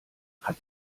hat